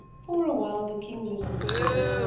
for a while the king listened to him,